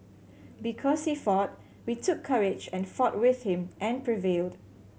because he fought we took courage and fought with him and prevailed